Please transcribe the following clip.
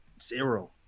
Zero